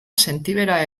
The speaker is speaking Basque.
sentibera